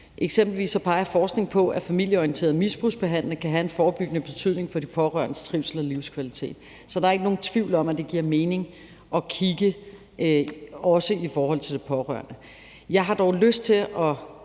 Eksempelvis peger forskning på, at familieorienteret misbrugsbehandling kan have en forebyggende betydning for de pårørendes trivsel og livskvalitet. Så der er ikke nogen tvivl om, at det giver mening at kigge også i forhold til de pårørende. Jeg har dog lyst til at